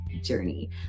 journey